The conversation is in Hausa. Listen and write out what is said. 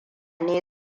ne